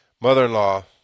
mother-in-law